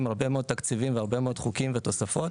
הרבה מאוד תקציבים והרבה מאוד חוקים ותוספות.